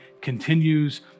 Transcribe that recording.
continues